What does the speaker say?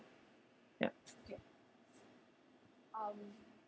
yup